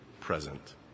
present